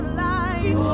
light